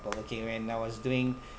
okay when I was doing